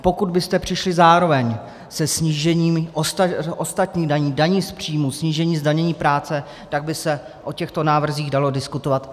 Pokud byste přišli zároveň se snížením ostatních daní, daní z příjmů, snížení zdanění práce, tak by se o těchto návrzích dalo diskutovat.